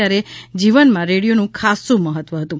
ત્યારે જીવનમાં રેડિયાનું ખાસ્સું મહત્વ હતું